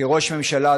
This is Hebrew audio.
כראש ממשלה,